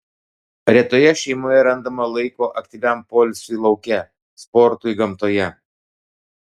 retoje šeimoje randama laiko aktyviam poilsiui lauke sportui gamtoje